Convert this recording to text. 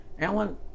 Alan